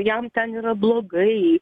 jam ten yra blogai